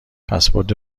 پسورد